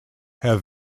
have